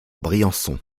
briançon